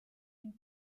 une